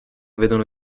vedono